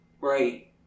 right